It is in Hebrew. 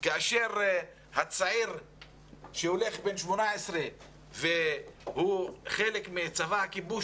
כאשר הצעיר בן 18 שהולך והוא חלק מצבא הכיבוש